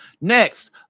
Next